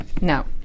No